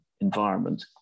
environment